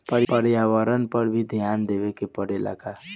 परिवारन पर भी ध्यान देवे के परेला का?